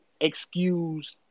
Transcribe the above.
excuse